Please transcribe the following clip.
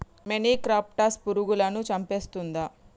మొనిక్రప్టస్ పురుగులను చంపేస్తుందా?